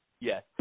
Yes